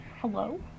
Hello